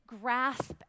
grasp